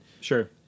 Sure